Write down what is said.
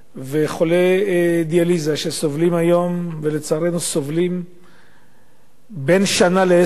חולי דיאליזה שסובלים היום לצערנו סובלים בין שנה לעשר שנים.